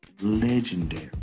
legendary